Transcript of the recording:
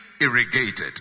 irrigated